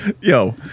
yo